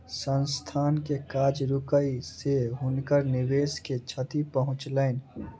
संस्थान के काज रुकै से हुनकर निवेश के क्षति पहुँचलैन